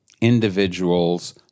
individuals